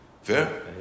Fair